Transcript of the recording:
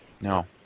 No